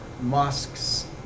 mosques